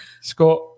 Scott